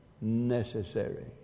necessary